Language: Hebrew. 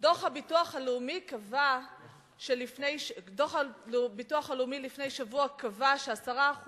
דוח הביטוח הלאומי מלפני שבוע קבע ש-10%